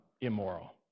immoral